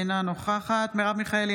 אינה נוכחת מרב מיכאלי,